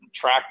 track